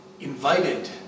invited